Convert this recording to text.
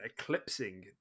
eclipsing